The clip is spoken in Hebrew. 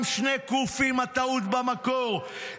הטעות במקור,